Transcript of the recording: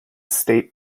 state